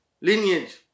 lineage